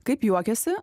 kaip juokiasi